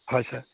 হয় ছাৰ